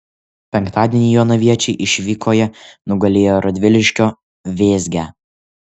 penktadienį jonaviečiai išvykoje nugalėjo radviliškio vėzgę